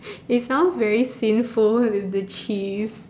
it sounds very sinful with the cheese